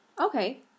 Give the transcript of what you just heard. Okay